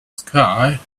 sky